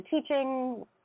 teaching